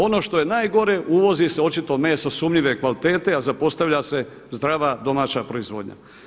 Ono što je nagore uvozi se očito meso sumnjive kvalitete a zapostavlja se zdrava, domaća proizvodnja.